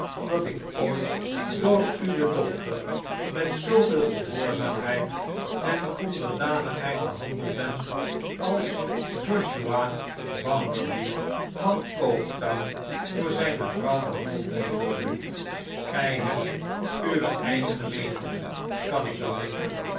dat ik ooit door uwe dochter met zooveel gehoorzaamheid en onderdanigheid behandeld ben als josiah bounderby van coke town door zijne vrouw behandeld moest worden gij hebt uwe eigene meeningen kan ik wel denken